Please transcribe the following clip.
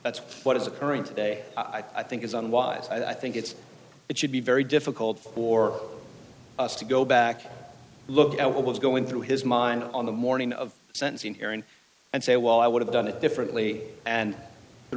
that's what is occurring today i think is unwise and i think it's it should be very difficult for us to go back and look at what was going through his mind on the morning of sentencing hearing and say well i would have done it differently and the